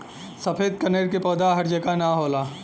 सफ़ेद कनेर के पौधा हर जगह ना होला